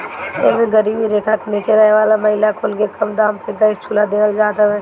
एमे गरीबी रेखा के नीचे रहे वाला महिला कुल के कम दाम पे गैस चुल्हा देहल जात हवे